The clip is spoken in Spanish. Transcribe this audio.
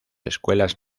escuelas